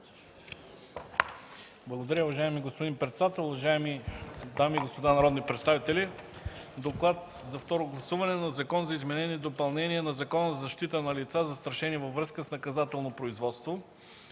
Благодаря. Уважаеми господин председател, уважаеми дами и господа народни представители! „Доклад за второ гласуване на Закон за изменение и допълнение на Закона за защита на лица, застрашени във връзка с наказателно производство.”